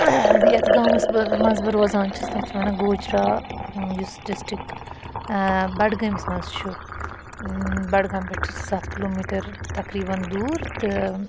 یَتھ گامَس بہٕ مَنٛز بہٕ روزان چھَس تَتھ چھِ وَنان گوجرا یُس ڈِسٹرک بَڈگٲمِس مَنٛز چھُ بَڈگام پٮ۪ٹھ چھُ سُہ سَتھ کِلوٗ میٖٹَر تَقریباً دوٗر تہٕ